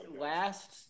last